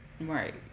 Right